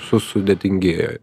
su sudėtingėja